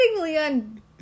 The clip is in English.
Leon